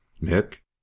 Nick